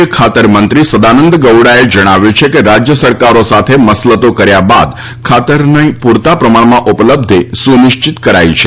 ૂય ખાતર મંત્રી સદાનંદ ગૌડાએ જણાવ્યું છે કે રાજ્ય સરકારો સાથે મસલતો કર્યા બાદ ખાતરની પુરતા પ્રમાણમાં ઉપલબ્ધી સુનિશ્ચિત કરાઈ છે